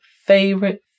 favorite